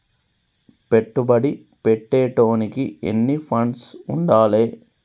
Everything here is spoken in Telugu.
పెట్టుబడి పెట్టేటోనికి ఎన్ని ఫండ్స్ ఉండాలే?